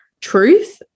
truth